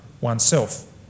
oneself